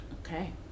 Okay